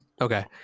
Okay